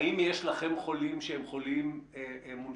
האם יש לכם חולים שהם חולים מונשמים,